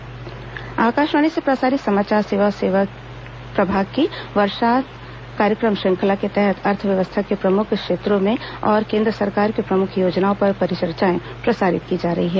वर्षांत कार्यक्रम श्रंखला आकाशवाणी से प्रसारित समाचार सेवा प्रभाग की वर्षात कार्यक्रम श्रृंखला के तहत अर्थव्यवस्था के प्रमुख क्षेत्रों और केंद्र सरकार की प्रमुख योजनाओं पर परिचर्चाएं प्रसारित की जा रही हैं